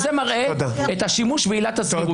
זה מראה את השימוש בעילת הסבירות,